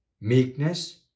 meekness